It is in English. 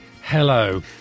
Hello